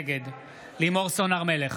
נגד לימור סון הר מלך,